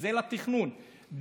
שזה לתכנון,